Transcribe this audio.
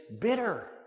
bitter